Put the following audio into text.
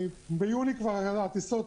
ביולי כבר לא היו טיסות.